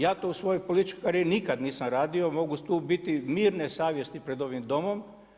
Ja to u svojoj političkoj karijeri nikada nisam radio, mogu tu biti mirne savjesti pred ovim Domom.